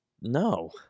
no